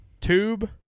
Tube